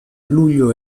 luglio